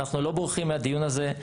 אנחנו לא בורחים מהדיון הזה.